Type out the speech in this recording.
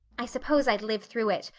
i suppose i'd live through it,